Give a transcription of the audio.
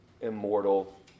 Immortal